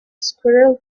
squirrel